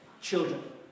children